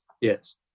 yes